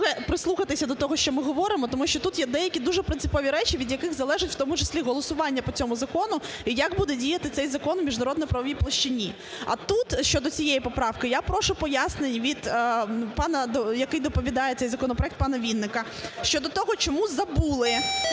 прислухатися до того, що ми говоримо, тому що тут є деякі дуже принципові речі від яких залежить, в тому числі, голосування по цьому закону і як буде діяти цей закон в міжнародно-правовій площині. А тут щодо цієї поправки, я прошу пояснень від пана, який доповідає цей законопроект, пана Вінника. Щодо того, чому забули